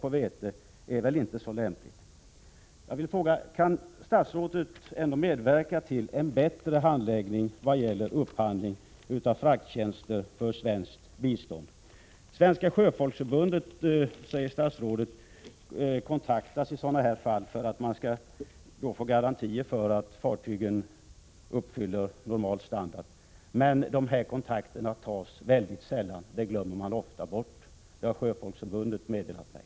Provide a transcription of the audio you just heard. Det är väl inte så lämpligt att det förekommer läckage och vattenskador på vete. Svenska sjöfolksförbundet, säger statsrådet, kontaktas i sådana här fall för att man skall få garantier för att fartygen uppfyller normal standard. Men sådana kontakter tas väldigt sällan — det glömmer man ofta bort. Det har Sjöfolksförbundet meddelat mig.